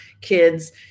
kids